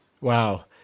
Wow